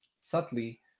subtly